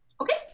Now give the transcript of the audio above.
okay